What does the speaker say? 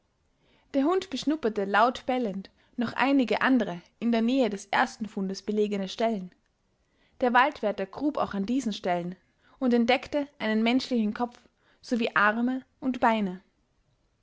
der hund beschnupperte laut bellend noch einige andere in der nähe des ersten fundes belegene stellen der waldwärter grub auch an diesen stellen nach und entdeckte einen menschlichen kopf sowie arme und beine